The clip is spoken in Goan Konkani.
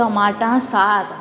टमाटां सार